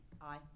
Aye